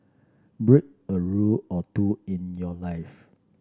break a rule or two in your life